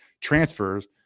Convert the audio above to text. Transfers